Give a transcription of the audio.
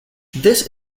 this